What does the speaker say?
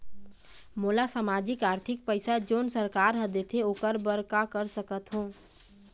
मोला सामाजिक आरथिक पैसा जोन सरकार हर देथे ओकर बर का कर सकत हो?